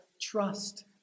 trust